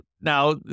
now